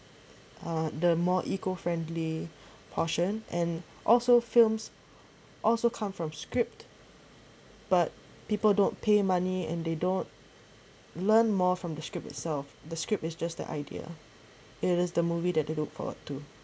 uh the more eco friendly portion and also films also come from script but people don't pay money and they don't learn more from the script itself the script is just the idea it is the movie that they look forward to